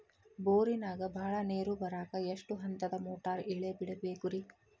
ಬೋರಿನಾಗ ಬಹಳ ನೇರು ಬರಾಕ ಎಷ್ಟು ಹಂತದ ಮೋಟಾರ್ ಇಳೆ ಬಿಡಬೇಕು ರಿ?